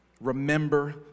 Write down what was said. Remember